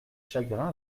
chagrin